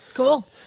Cool